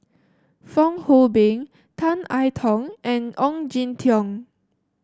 Fong Hoe Beng Tan I Tong and Ong Jin Teong